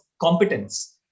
competence